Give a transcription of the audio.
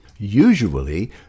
Usually